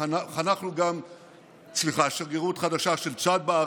חנכנו גם שגרירות חדשה של צ'אד בארץ,